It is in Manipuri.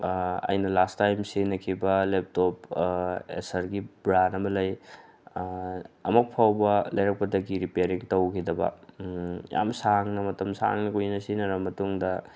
ꯑꯩꯅ ꯂꯥꯁ ꯇꯥꯏꯝ ꯁꯤꯖꯤꯟꯅꯈꯤꯕ ꯂꯦꯞꯇꯣꯞ ꯑꯦꯁꯔꯒꯤ ꯕ꯭ꯔꯥꯟ ꯑꯃ ꯂꯩ ꯑꯃꯨꯛ ꯐꯥꯎꯕ ꯂꯩꯔꯛꯄꯗꯒꯤ ꯔꯤꯄꯦꯔꯤꯡ ꯇꯧꯈꯤꯗꯕ ꯌꯥꯝ ꯁꯥꯡꯅ ꯃꯇꯝ ꯁꯥꯡꯅ ꯀꯨꯏꯅ ꯁꯤꯖꯤꯟꯅꯔ ꯃꯇꯨꯡꯗ